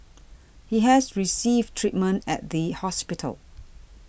he has received treatment at the hospital